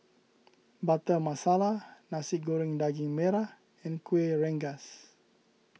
Butter Masala Nasi Goreng Daging Merah and Kueh Rengas